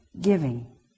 giving